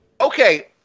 okay